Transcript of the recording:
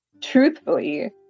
truthfully